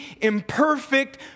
imperfect